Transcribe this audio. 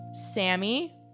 Sammy